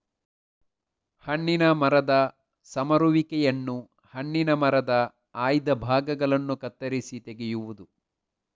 ಹಣ್ಣಿನ ಮರದ ಸಮರುವಿಕೆಯನ್ನು ಹಣ್ಣಿನ ಮರದ ಆಯ್ದ ಭಾಗಗಳನ್ನು ಕತ್ತರಿಸಿ ತೆಗೆಯುವುದು